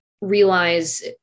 realize